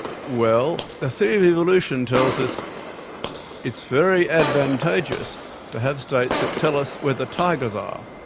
well, the theory of evolution tells us it's very advantageous to have states that tell us where the tigers are,